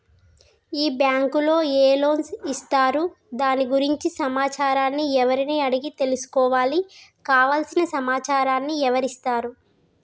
ఈ బ్యాంకులో ఏ లోన్స్ ఇస్తారు దాని గురించి సమాచారాన్ని ఎవరిని అడిగి తెలుసుకోవాలి? కావలసిన సమాచారాన్ని ఎవరిస్తారు?